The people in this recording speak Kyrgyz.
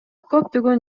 көптөгөн